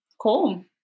cool